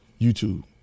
YouTube